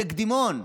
זה קדימון.